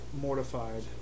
mortified